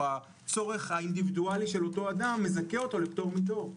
הצורך האינדיבידואלי של אותו אדם מזכה אותו לפטור מתור.